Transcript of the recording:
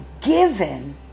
given